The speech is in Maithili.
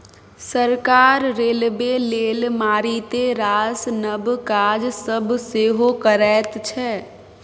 सरकार रेलबे लेल मारिते रास नब काज सब सेहो करैत छै